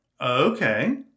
Okay